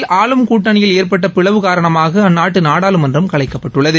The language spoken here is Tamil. இஸ்ரேலில் ஆளும் கூட்டணியில் ஏற்பட்ட பிளவு காரணமாக அந்நாட்டு நாடாளுமன்ற கலைக்கப்பட்டுள்ளது